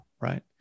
right